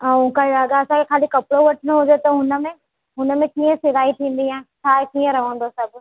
ऐं काई अगरि असांखे खाली कपिड़ो वठणो हुजे त हुन में हुन में कीअं सिलाई थींदी या छा कीअं रहंदो सभु